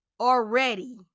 already